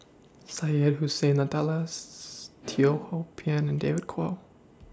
Syed Hussein Teo Ho Pin and David Kwo